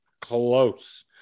close